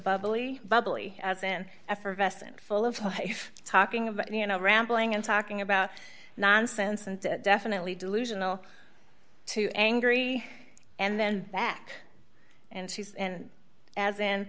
bubbly bubbly as in effervescent full of life talking about you know rambling and talking about nonsense and definitely delusional too angry and then back and she's and as